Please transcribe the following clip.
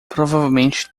provavelmente